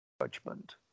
judgment